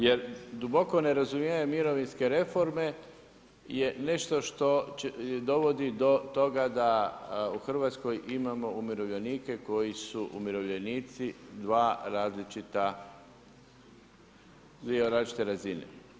Jer duboko nerazumijevanje mirovinske reforme je nešto što dovodi do toga da u RH imamo umirovljenike koji su umirovljenici dva različita, dvije različite razine.